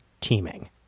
teaming